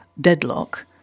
deadlock